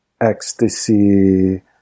ecstasy